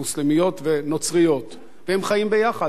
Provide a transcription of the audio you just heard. והם חיים ביחד והם מהווים סמל ודוגמה.